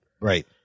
Right